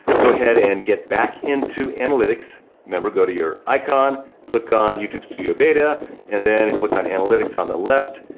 go ahead and get back in to analytics. remember, go to your icon, click on youtube studio beta and then click on analytics on the left.